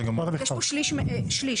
יש פה שלישי,